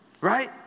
right